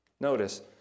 notice